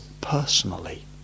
personally